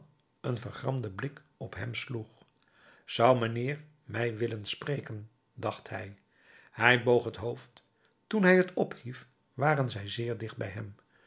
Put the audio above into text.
een vergramden blik op hem sloeg zou mijnheer mij willen spreken dacht hij hij boog het hoofd toen hij het ophief waren zij zeer dicht bij hem